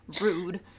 Rude